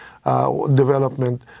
Development